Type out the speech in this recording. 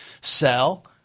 sell